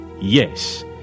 Yes